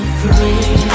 free